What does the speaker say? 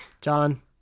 John